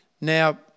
Now